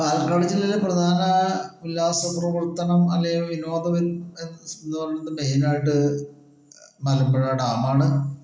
പാലക്കാട് ജില്ലയിലെ പ്രധാന ഉല്ലാസ പ്രവർത്തനം അല്ലെങ്കിൽ വിനോദം എന്ന് പറയണത് മെയിനായിട്ട് മലമ്പുഴ ഡാമാണ്